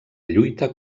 lluita